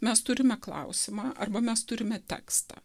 mes turime klausimą arba mes turime tekstą